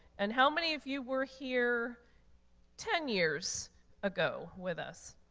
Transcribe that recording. and how many of you were here ten years ago with us?